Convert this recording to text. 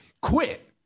quit